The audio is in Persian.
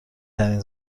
ترین